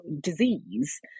disease